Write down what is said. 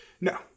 No